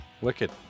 wicked